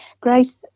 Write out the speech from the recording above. Grace